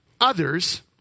others